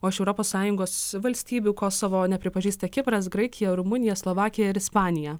o iš europos sąjungos valstybių kosovo nepripažįsta kipras graikija rumunija slovakija ir ispanija